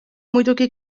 muidugi